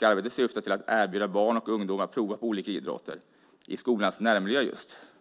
Arbetet syftar till att erbjuda barn och ungdomar att prova på olika idrotter i skolans närmiljö.